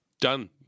Done